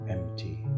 empty